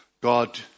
God